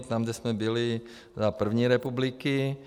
Tam, kde jsme byli za první republiky.